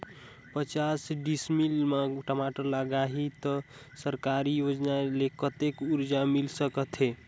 पचास डिसमिल मा टमाटर लगही त सरकारी योजना ले कतेक कर्जा मिल सकथे?